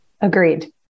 agreed